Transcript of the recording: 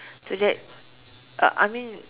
so that uh I mean